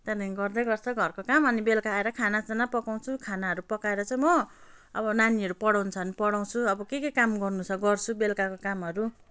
त्यहाँदेखि गर्दै गर्छ घरको काम अनि बेलुका आएर खानासाना पकाउँछु खानाहरू पकाएर चाहिँ म अब नानीहरू पढाउनु छ भने पढाउँछु अब के के काम गर्नु छ गर्छु बेलुकाको कामहरू